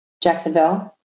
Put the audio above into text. Jacksonville